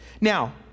Now